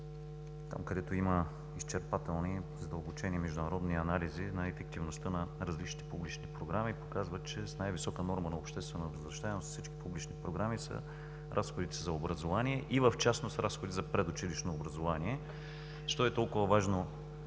там, където има изчерпателни и задълбочени международни анализи за ефективността на различните публични програми, показват, че с най-висока норма на обществена възвръщаемост от всички публични програми са разходите за образование и в частност разходите за предучилищно образование. Защо е толкова важно